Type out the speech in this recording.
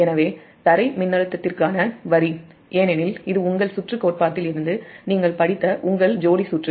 எனவே தரை மின்னழுத்தத்திற்கான வரி ஏனெனில் இது உங்கள் சுற்று கோட்பாட்டில் இருந்து நீங்கள் படித்த உங்கள் ஜோடி சுற்று